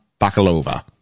bakalova